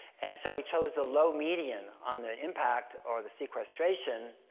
and so, we chose the low median on the impact or the sequestration,